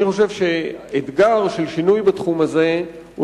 אני חושב שאתגר של שינוי בתחום הזה הוא